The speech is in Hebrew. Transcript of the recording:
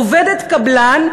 עובדת קבלן,